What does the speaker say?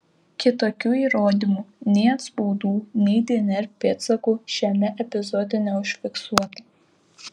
kitokių įrodymų nei atspaudų nei dnr pėdsakų šiame epizode neužfiksuota